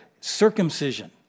circumcision